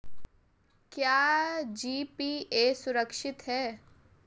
क्या जी.पी.ए सुरक्षित है?